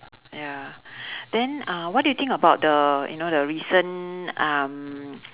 ya then uh what do you think about the you know the recent um